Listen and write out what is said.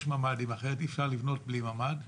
ממ"דים אחרת אי-אפשר לבנות בלי ממ"ד,